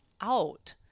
out